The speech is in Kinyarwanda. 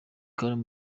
khan